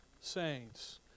saints